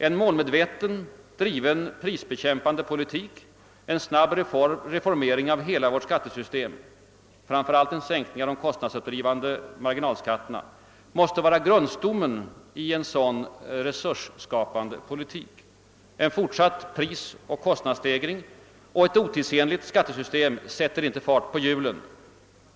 En målmedvetet driven prisbekämpande politik och en snabb reformering av vårt skattesystem — framför allt en sänkning av de kostnadsuppdrivande marginalskatterna — måste vara grundstommen i en sådan resursskapande politik. En fortsatt prisoch kostnadsstegring och ett otidsenligt skattesystem sätter inte fart på hjulen.